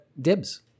dibs